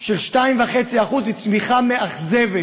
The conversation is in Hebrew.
של 2.5% היא צמיחה מאכזבת,